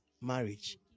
marriage